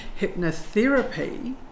hypnotherapy